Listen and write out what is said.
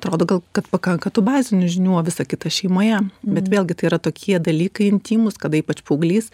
atrodo kad pakanka tų bazinių žinių visą kitą šeimoje bet vėlgi tai yra tokie dalykai intymūs kada ypač paauglys